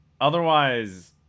Otherwise